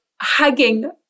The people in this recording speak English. hugging